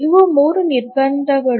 ಇವು ಮೂರು ನಿರ್ಬಂಧಗಳು